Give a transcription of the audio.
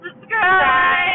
Subscribe